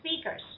speakers